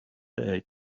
day